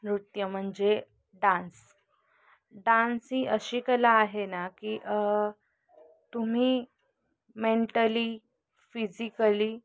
नृत्य म्हणजे dance dance ही अशी कला आहे ना की तुम्ही मेंटली फिजिकली